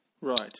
Right